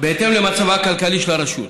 בהתאם למצבה הכלכלי של הרשות.